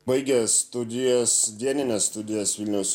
baigę studijas dienines studijas vilniaus